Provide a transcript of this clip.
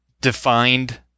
defined